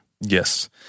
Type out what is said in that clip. yes